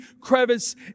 crevice